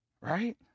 Right